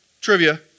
trivia